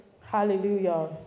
Hallelujah